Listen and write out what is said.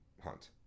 hunt